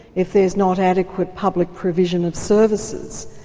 if there's not adequate public provision of services?